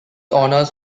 honours